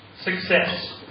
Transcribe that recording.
success